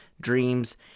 dreams